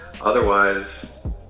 otherwise